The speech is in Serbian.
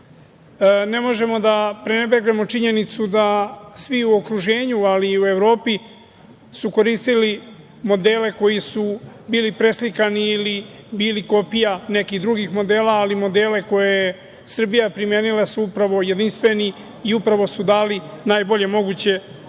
možemo da prenebregnemo činjenicu da svi u okruženju, ali i u Evropi su koristili modele koji su bili preslikani ili bili kopija nekih drugih modela, ali modele koje je Srbija primenila su upravo jedinstveni i dali su najbolje moguće rezultate.